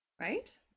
right